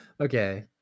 Okay